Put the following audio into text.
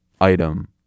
item